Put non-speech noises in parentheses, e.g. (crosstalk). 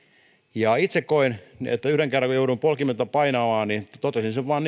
itse koin että yhden kerran kun jouduin poljinta painamaan totesin sen vain (unintelligible)